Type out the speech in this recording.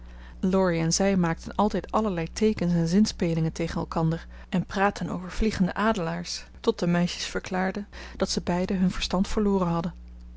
en zij maakten altijd allerlei teekens en zinspelingen tegen elkander en praatten over vliegende adelaars tot de meisjes verklaarden dat ze beiden hun verstand verloren hadden